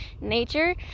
nature